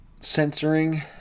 censoring